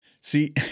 see